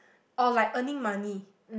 or like earning money